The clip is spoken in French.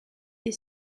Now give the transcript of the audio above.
est